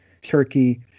Turkey